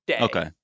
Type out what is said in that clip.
Okay